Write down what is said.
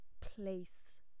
place